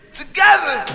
together